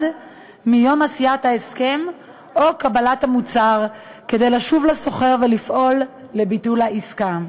מיום עשיית ההסכם או קבלת המוצר כדי לשוב לסוחר ולפעול לביטול העסקה.